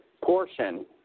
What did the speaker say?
portion